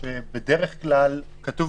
בדרך כלל כתוב,